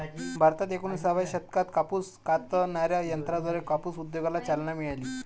भारतात एकोणिसाव्या शतकात कापूस कातणाऱ्या यंत्राद्वारे कापूस उद्योगाला चालना मिळाली